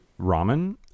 ramen